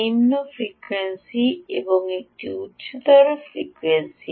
নিম্ন ফ্রিকোয়েন্সি এবং এটি উচ্চতর ফ্রিকোয়েন্সি